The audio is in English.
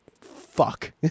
Fuck